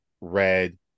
red